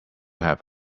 have